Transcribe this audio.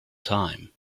time